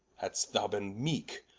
had'st thou bene meeke,